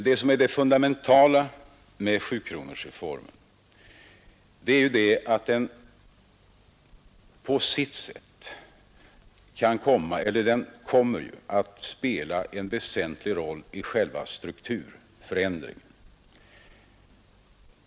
Det fundamentala med sjukronorsreformen är att den på sitt sätt kommer att spela en väsentlig roll i strukturförändringen.